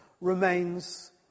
remains